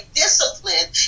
discipline